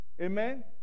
Amen